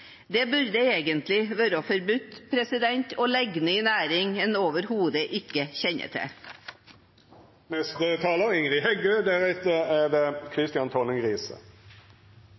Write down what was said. Det burde egentlig vært forbudt å legge ned en næring en overhodet ikke kjenner til. Langsiktige, føreseielege rammevilkår har fått ei ny meining med regjeringa Solberg. Det